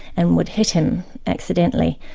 and would hit him accidentally.